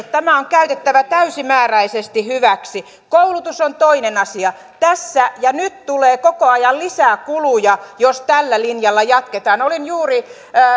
tämä on käytettävä täysimääräisesti hyväksi koulutus on toinen asia tässä ja nyt tulee koko ajan lisää kuluja jos tällä linjalla jatketaan olin juuri